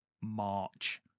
March